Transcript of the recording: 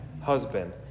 husband